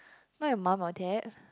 not your mum or dad